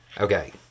Okay